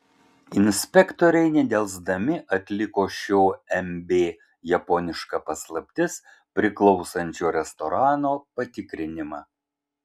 inspektoriai nedelsdami atliko šio mb japoniška paslaptis priklausančio restorano patikrinimą